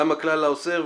גם הכלל האוסר ',